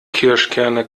kirschkerne